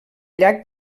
llac